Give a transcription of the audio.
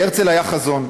להרצל היה חזון.